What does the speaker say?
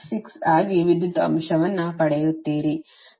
866 ಆಗಿ ವಿದ್ಯುತ್ ಅಂಶವನ್ನು ಪಡೆಯುತ್ತೀರಿ